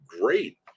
great